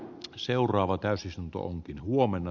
seuraava täysistunto onkin huomenna